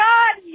God